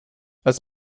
als